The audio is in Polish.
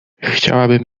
chciałabym